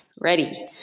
Ready